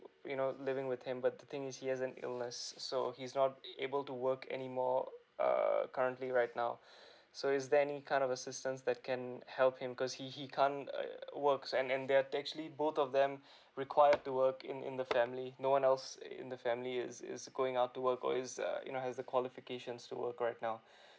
you know living with him but the thing is he has an illness so he's not able to work anymore err currently right now so is there any kind of assistance that can help him cause he he can't err works and that actually both of them require to working in in the family no one else in the family is is going out to work or is uh you know has the qualifications to work right now